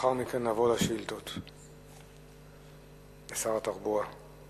לאחר מכן נעבור לשאילתות לשר התחבורה.